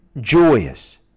joyous